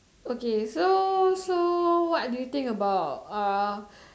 okay so so what do you think about uh